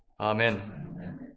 Amen